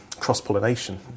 cross-pollination